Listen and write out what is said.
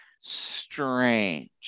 strange